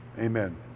amen